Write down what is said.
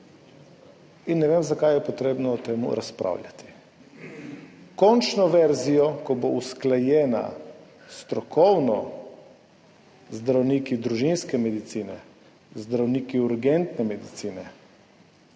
Ne vem, zakaj je potrebno o tem razpravljati. Končno verzijo, ki bo usklajena strokovno, z zdravniki družinske medicine, zdravniki urgentne medicine,